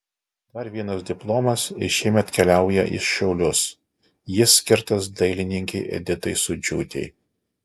dar vienas diplomas ir šiemet keliauja į šiaulius jis skirtas dailininkei editai sūdžiūtei